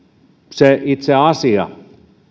se itse asia